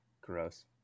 gross